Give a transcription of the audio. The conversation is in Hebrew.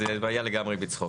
זה היה לגמרי בצחוק.